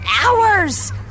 hours